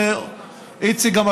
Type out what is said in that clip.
איציק,